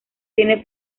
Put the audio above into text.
tiene